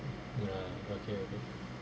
ya okay